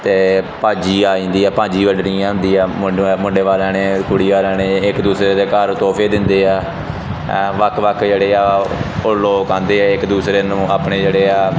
ਅਤੇ ਭਾਜੀ ਆ ਜਾਂਦੀ ਆ ਭਾਜੀ ਵੰਡਣੀ ਹੁੰਦੀ ਆ ਮੁੰਡੇ ਮੁੰਡੇ ਵਾਲਿਆਂ ਨੇ ਕੁੜੀ ਵਾਲਿਆਂ ਨੇ ਇੱਕ ਦੂਸਰੇ ਦੇ ਘਰ ਤੋਹਫੇ ਦਿੰਦੇ ਆ ਵੱਖ ਵੱਖ ਜਿਹੜੇ ਆ ਉਹ ਲੋਕ ਆਉਂਦੇ ਆ ਇੱਕ ਦੂਸਰੇ ਨੂੰ ਆਪਣੇ ਜਿਹੜੇ ਆ